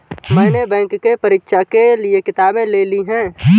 मैने बैंक के परीक्षा के लिऐ किताबें ले ली हैं